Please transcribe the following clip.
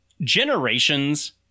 Generations